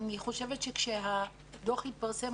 אני חושבת שכאשר הדוח יתפרסם,